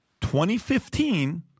2015